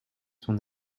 son